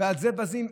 ועל זה בזים,